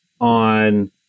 on